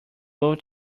both